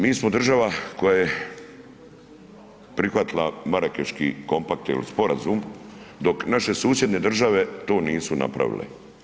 Mi smo država koja je prihvatila Marakeški kompakt ili sporazum dok naše susjedne države to nisu napravile.